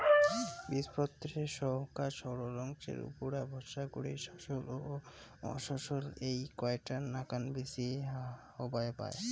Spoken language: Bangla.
বীজপত্রর সইঙখা শস্যল অংশর উপুরা ভরসা করি শস্যল ও অশস্যল এ্যাই কয়টার নাকান বীচি হবার পায়